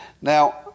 Now